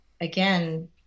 again